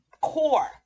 core